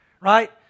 right